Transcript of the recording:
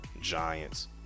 Giants